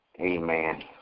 amen